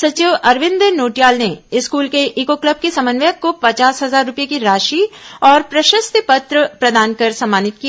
सचिव अरविंद नोटियाल ने स्कूल के ईको क्लब के समन्वयक को पचास हजार रूपये की राशि और प्रशस्ति पत्र प्रदान कर सम्मानित किया